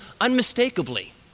unmistakably